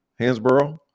Hansborough